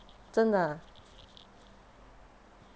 真的啊